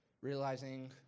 Realizing